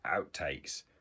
outtakes